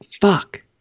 Fuck